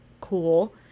cool